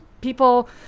people